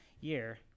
year